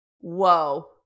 Whoa